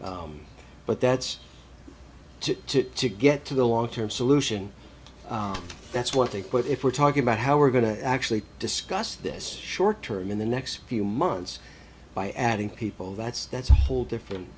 but that's to to get to the long term solution that's what they quit if we're talking about how we're going to actually discuss this short term in the next few months by adding people that's that's a whole different